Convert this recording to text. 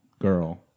girl